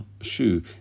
shoe